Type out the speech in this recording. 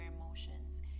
emotions